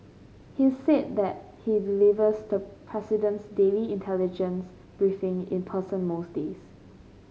he's said that he delivers the president's daily intelligence briefing in person most days